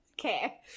okay